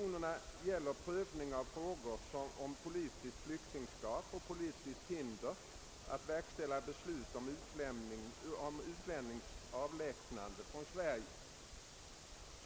Jag ber att få svara på dessa frågor i ett sammanhang.